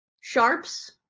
sharps